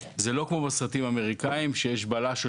אני חייב לומר לכם שזה לא כמו בסרטים האמריקאיים שיש בלש או